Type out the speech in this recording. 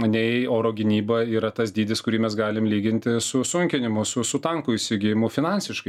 nei oro gynyba yra tas dydis kurį mes galim lyginti su sunkinimu su su tankų įsigijimu finansiškai